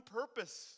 purpose